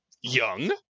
young